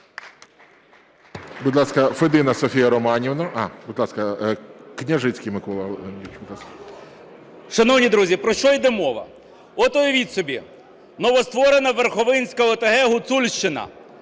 Шановні друзі, про що йде мова? От уявіть собі, новостворена Верховинська ОТГ, Гуцульщина.